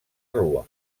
rua